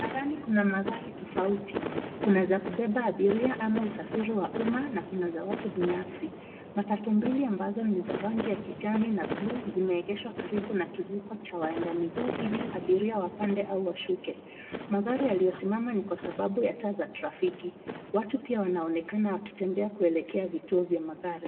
Barabarani kuna magari tofauti. Kuna za kubeba abiria ama usafiri wa umma na kuna za watu binafsi. Matatu mbili ambazo ni za rangi ya kijani na bluu zimeegeshwa karibu na kivuko cha waenda miguu ili abiria wapande au washuke. Magari yaliyosimama ni kwa sababu ya taa za trafiki. Watu pia wanaonekana wakitembea kuelekea vituo vya magari.